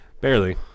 Barely